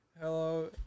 Hello